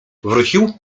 wrócił